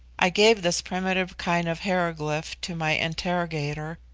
i gave this primitive kind of hieroglyph to my interrogator,